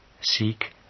Seek